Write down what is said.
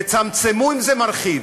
תצמצמו אם זה מרחיב.